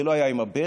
זה לא היה עם הברז,